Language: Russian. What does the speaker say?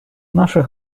наша